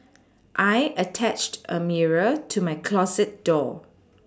I attached a mirror to my closet door